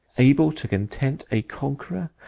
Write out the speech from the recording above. able to content a conqueror,